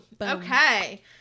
okay